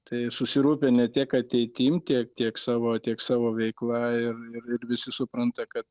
tai susirūpinę tiek ateitim tiek tiek savo tiek savo veikla ir ir ir visi supranta kad